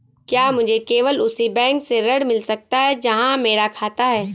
क्या मुझे केवल उसी बैंक से ऋण मिल सकता है जहां मेरा खाता है?